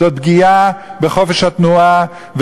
זאת פגיעה בחופש התנועה,